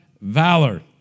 valor